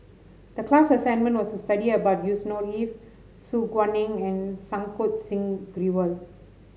the class assignment was to study about Yusnor Ef Su Guaning and Santokh Singh Grewal